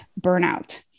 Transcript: burnout